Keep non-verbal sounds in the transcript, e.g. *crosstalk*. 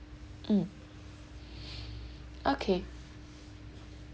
mm *breath* okay